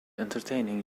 entertaining